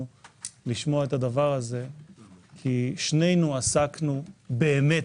מאוד לשמוע את הדבר הזה כי שנינו עסקנו באמת